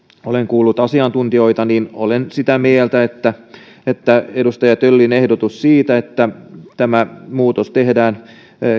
olen kuullut asiantuntijoita niin olen sitä mieltä että että edustaja töllin ehdotus siitä että tämä muutos tehdään